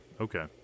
Okay